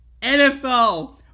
NFL